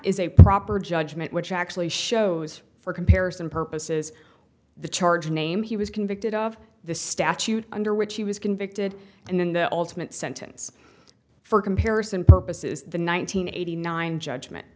is a proper judgment which actually shows for comparison purposes the charge name he was convicted of the statute under which he was convicted and then the ultimate sentence for comparison purposes the nine hundred eighty nine judgment